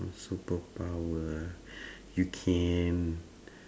what superpower you can